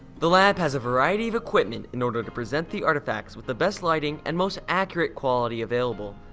the lab has a variety of equipment in order to present the artifacts with the best lighting and most accurate quality available.